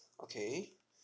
okay